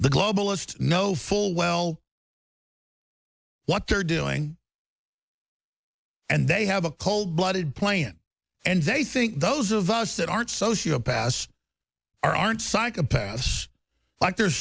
the globalists know full well what they're doing and they have a cold blooded plain and they think those of us that aren't sociopaths aren't psychopaths like there's